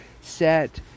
set